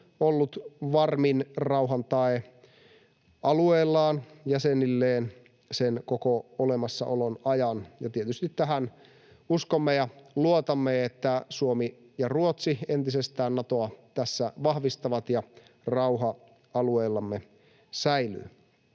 ollut varmin rauhan tae alueellaan jäsenilleen sen koko olemassaolon ajan, ja tietysti tähän uskomme ja luotamme, että Suomi ja Ruotsi entisestään Natoa tässä vahvistavat ja rauha alueillamme säilyy.